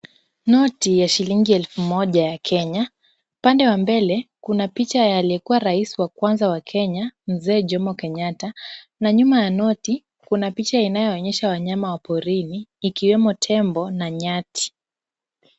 Noti ya shilingi elfu moja ya Kenya. Pande wa mbele kuna picha ya aliyekuwa Rais wa kwanza wa Kenya Mzee Jomo Kenyatta na nyuma ya noti kuna picha inayoonyesha wanyama wa porini ikiwemo tembo na nyati.